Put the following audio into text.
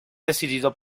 decidido